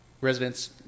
residents